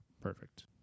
perfect